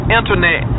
internet